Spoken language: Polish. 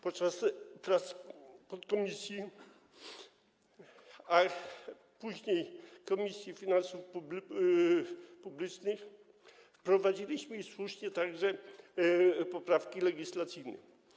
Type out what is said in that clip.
Podczas prac podkomisji, a później Komisji Finansów Publicznych, wprowadziliśmy, i słusznie, także poprawki legislacyjne.